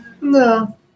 No